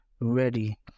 ready